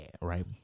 right